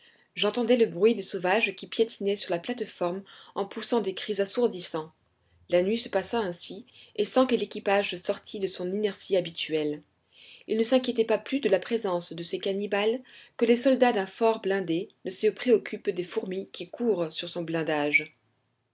j'entendais le bruit des sauvages qui piétinaient sur la plate-forme en poussant des cris assourdissants la nuit se passa ainsi et sans que l'équipage sortît de son inertie habituelle il ne s'inquiétait pas plus de la présence de ces cannibales que les soldats d'un fort blindé ne se préoccupent des fourmis qui courent sur son blindage